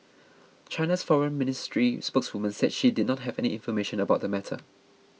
China's foreign ministry spokeswoman said she did not have any information about the matter